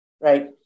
right